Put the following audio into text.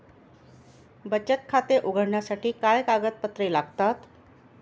बचत खाते उघडण्यासाठी काय कागदपत्रे लागतात?